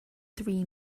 three